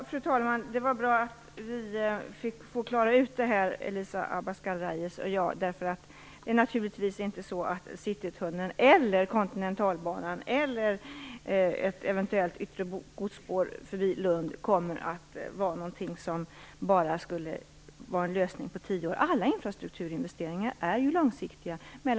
Fru talman! Det är bra att Elisa Abascal Reyes och jag får reda ut detta. Det är naturligtvis inte så att Citytunneln eller kontinentalbanan eller ett eventuellt yttre godsspår förbi Lund bara skulle vara lösningar på tio år framåt. Alla infrastruktursatsningar är långsiktiga.